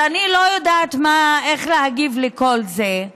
אז אני לא יודעת איך להגיב לכל זה.